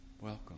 welcome